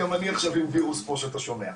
גם אני עכשיו עם וירוס, כמו שאתה שומע.